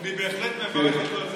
אני בהחלט מברך על כל זה.